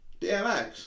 DMX